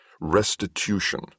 Restitution